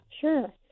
Sure